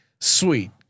sweet